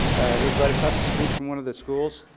i live right across the street from one of the schools,